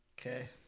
Okay